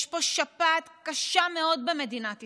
יש פה שפעת קשה מאוד במדינת ישראל,